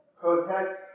Protect